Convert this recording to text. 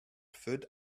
food